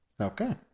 Okay